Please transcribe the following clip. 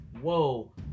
Whoa